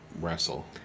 wrestle